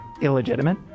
illegitimate